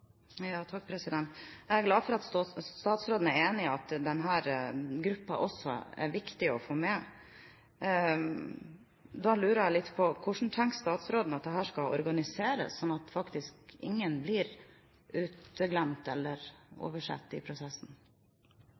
Jeg er glad for at statsråden er enig i at det også er viktig å få denne gruppen med. Da lurer jeg litt på hvordan statsråden tenker seg at dette skal organiseres, slik at ingen blir uteglemt eller oversett i prosessen.